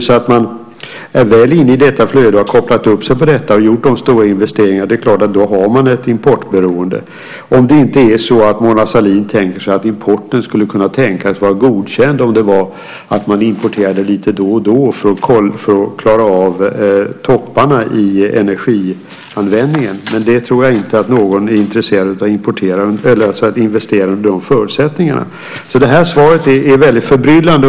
Om man väl är inne i det flödet och har kopplat upp sig på det och gjort de stora investeringarna har man naturligtvis ett importberoende, om inte Mona Sahlin menar att importen skulle kunna tänkas vara godkänd om man importerar lite då och då för att klara av topparna i energianvändningen. Jag tror inte att någon är intresserad av att investera under de förutsättningarna. Svaret är väldigt förbryllande.